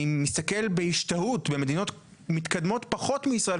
אני מסתכל בהשתאות על מדינות מתקדמות פחות מישראל,